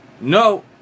No